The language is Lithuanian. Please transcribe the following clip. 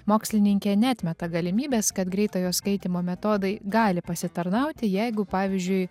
mokslininkė neatmeta galimybės kad greitojo skaitymo metodai gali pasitarnauti jeigu pavyzdžiui